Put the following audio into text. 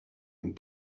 and